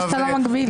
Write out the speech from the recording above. אמרת שאתה לא מגביל.